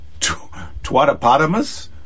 twatapotamus